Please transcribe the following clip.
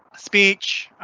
speech,